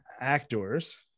actors